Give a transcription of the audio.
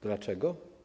Dlaczego?